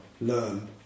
learn